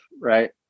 right